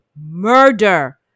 murder